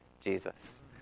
Jesus